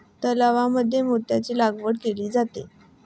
तलावांमध्ये मोत्यांची लागवड केली जाते